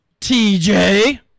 TJ